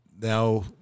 now